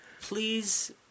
please